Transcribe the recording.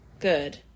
good